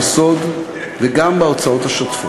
במחירי המזון ומוצרי היסוד, וגם בהוצאות השוטפות.